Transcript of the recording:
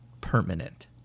permanent